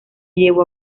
llevó